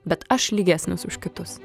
bet aš lygesnis už kitus